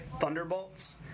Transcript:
Thunderbolts